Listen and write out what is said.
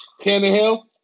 Tannehill